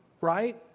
right